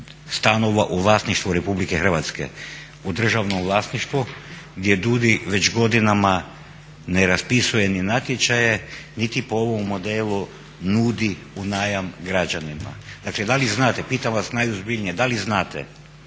stanova u vlasništvu Republike Hrvatske u državnom vlasništvu gdje DUDI već godinama ne raspisuje ni natječaje niti po ovom modelu nudi u najam građanima. Dakle da li znate, pitam vas najozbiljnije da li znate